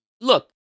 Look